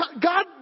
God